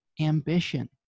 ambition